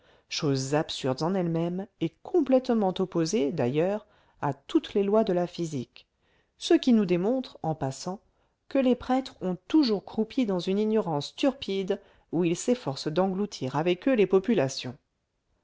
choses absurdes en elles-mêmes et complètement opposées d'ailleurs à toutes les lois de la physique ce qui nous démontre en passant que les prêtres ont toujours croupi dans une ignorance turpide où ils s'efforcent d'engloutir avec eux les populations